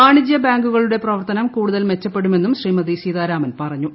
വാണിജൃ ബാങ്കുകളുടെ പ്രവർത്തനം കൂടുതൽ മെച്ചപ്പെടുമെന്നും ശ്രീമതി സീതാരാമൻ പറഞ്ഞു